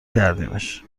کردیمش